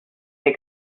they